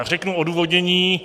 Řeknu odůvodnění.